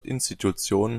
institutionen